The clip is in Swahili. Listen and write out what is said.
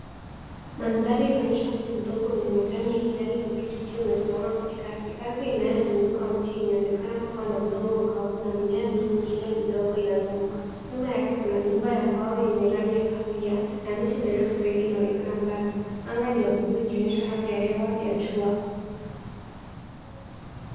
Mandhari inaonyesha mti mdogo wenye majani ya kijani kibichi ukiwa umesimama katikati. Ardhi inayozunguka mti imeonekana kuwa na udongo mkavu na mimea mingine midogo inazunguka. Nyuma yake kuna nyumba ya mbao yenye rangi ya kahawia na miti mirefu zaidi inaonekana mbali. Anga ni ya bluu ikionyesha hali ya hewa ya jua.